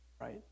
right